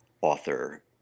author